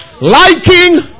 liking